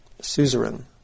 suzerain